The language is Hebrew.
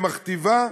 היא מכתיבה,